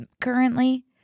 currently